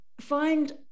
find